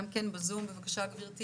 בבקשה גברתי